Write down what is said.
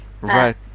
Right